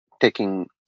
Taking